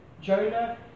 Jonah